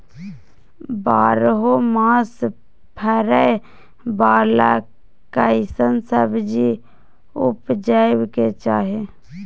बारहो मास फरै बाला कैसन सब्जी उपजैब के चाही?